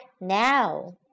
now